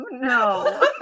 No